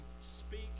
speak